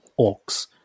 orcs